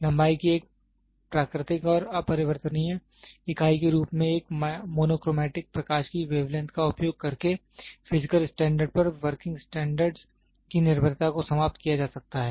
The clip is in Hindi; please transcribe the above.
लंबाई की एक प्राकृतिक और अपरिवर्तनीय इकाई के रूप में एक मोनोक्रोमैटिक प्रकाश की वेवलेंथ का उपयोग करके फिजिकल स्टैंडर्ड पर वर्किंग स्टैंडर्ड्स की निर्भरता को समाप्त किया जा सकता है